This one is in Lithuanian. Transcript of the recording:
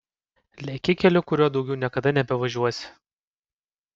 leki keliu kuriuo daugiau niekada nebevažiuosi